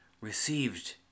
received